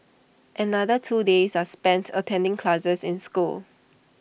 another two days are spent attending classes in school